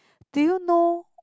do you know